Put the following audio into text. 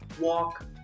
walk